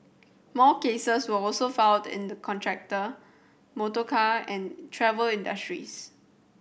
more cases were also filed in the contractor motorcar and travel industries